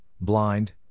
blind